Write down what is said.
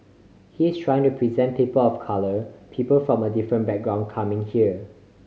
he's trying to present people of colour people from a different background coming here